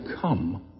come